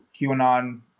QAnon